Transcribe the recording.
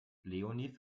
leonie